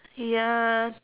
ya